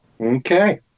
Okay